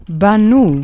banu